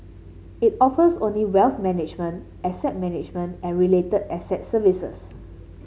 it offers only wealth management asset management and related asset services